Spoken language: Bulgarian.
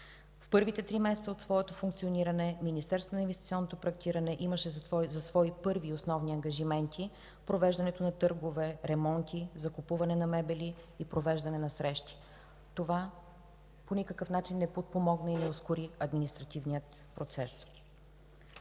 В първите три месеца от своето функциониране Министерството на инвестиционното проектиране имаше за свои първи и основни ангажименти провеждането на търгове, ремонти, закупуване на мебели и провеждане на срещи. Това по никакъв начин не подпомогна и ускори административния процес.